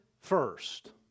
first